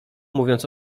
mówiąc